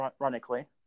Ironically